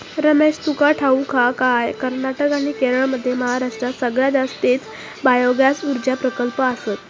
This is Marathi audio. रमेश, तुका ठाऊक हा काय, कर्नाटक आणि केरळमध्ये महाराष्ट्रात सगळ्यात जास्तीचे बायोगॅस ऊर्जा प्रकल्प आसत